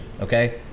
Okay